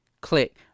Click